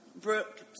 Brooke